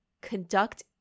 conduct